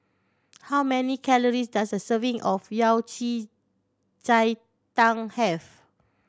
how many calories does a serving of Yao Cai ji tang have